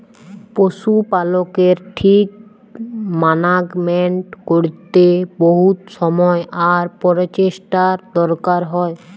পশু পালকের ঠিক মানাগমেন্ট ক্যরতে বহুত সময় আর পরচেষ্টার দরকার হ্যয়